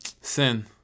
Sin